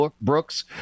Brooks